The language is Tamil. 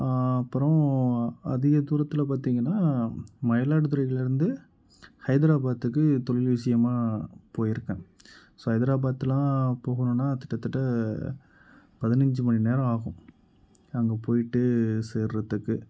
அப்புறோம் அதிக தூரத்தில் பார்த்திங்கன்னால் மயிலாடுதுறையில் இருந்து ஹைதராபாத்துக்கு தொழில் விஷயமா போயிருக்கேன் ஸோ ஹைதராபாத்தெலாம் போகணும்னால் கிட்டத்தட்ட பதினஞ்சு மணி நேரம் ஆகும் அங்கே போய்ட்டு சேர்வதுக்கு